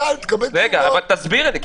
היא הסבירה.